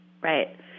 right